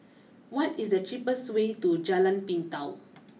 what is the cheapest way to Jalan Pintau